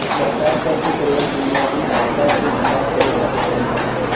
सरकार कर के प्रयोग बुनियादी ढांचा के विकास करे खातिर करेला